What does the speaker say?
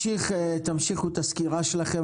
תמשיכו את הסקירה שלכם,